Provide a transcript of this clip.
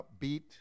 upbeat